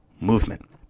movement